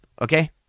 okay